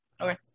Okay